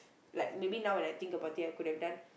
like maybe now when I think about it I could have done